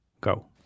Go